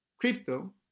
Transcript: crypto